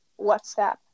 WhatsApp